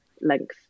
length